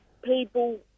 People